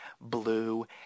Blue